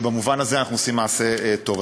ובמובן הזה אנחנו עושים מעשה טוב.